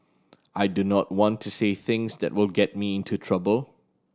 I do not want to say things that will get me into trouble